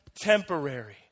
temporary